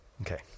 Okay